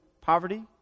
poverty